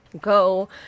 Go